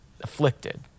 afflicted